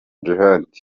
djihad